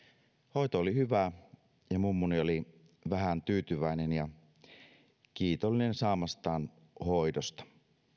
hoito oli hyvää ja mummuni oli vähään tyytyväinen ja kiitollinen saamastaan hoidosta